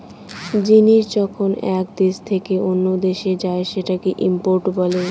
জিনিস যখন এক দেশ থেকে অন্য দেশে যায় সেটাকে ইম্পোর্ট বলে